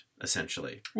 essentially